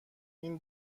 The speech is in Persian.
این